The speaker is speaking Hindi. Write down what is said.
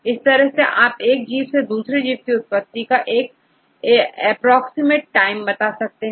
इस तरह आप एक जीव से दूसरे जीव की उत्पत्ति का एप्रोक्सीमेट टाइम बता सकते हैं